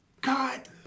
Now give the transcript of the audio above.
God